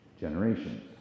generations